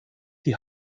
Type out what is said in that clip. die